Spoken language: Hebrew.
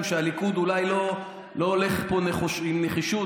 שהליכוד אולי לא הולך פה עם נחישות,